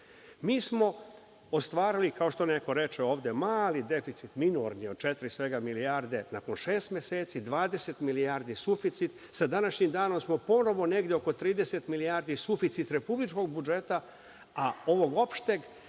smo ostvarilo kao što neko reče ovde mali deficit, minorni od četiri milijarde, nakon šest meseci 20 milijardi suficit. Sa današnjim danom smo ponovo negde oko 30 milijardi suficita republičkog budžeta, a ovog opšteg